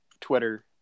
twitter